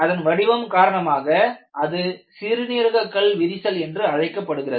அதனுடைய வடிவம் காரணமாக அது சிறுநீரக கல் விரிசல் என்று அழைக்கப்படுகிறது